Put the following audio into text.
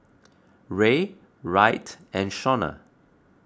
Ray Wright and Shaunna